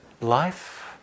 life